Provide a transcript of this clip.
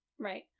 Right